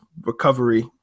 recovery